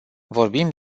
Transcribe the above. vorbim